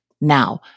Now